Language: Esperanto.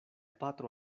patro